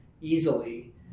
easily